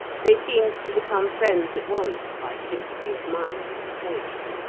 they seemed to become friends at once by sympathy of mind and taste.